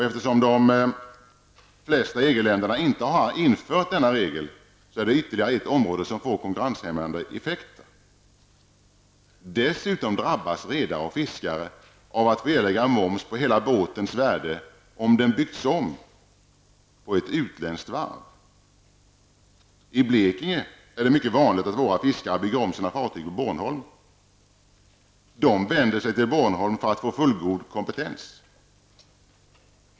Eftersom de flesta EG-länderna inte har infört motsvarande regel, är detta ytterligare ett område som får konkurrenshämmande effekter. Dessutom drabbas redare och fiskare av att få erlägga moms på hela båtens värde om den byggts om på ett utländskt varv. I Blekinge är det mycket vanligt att våra fiskare bygger om sina fiskefartyg på Bornholm. De vänder sig till Bornholm för att få fullgod kompetens.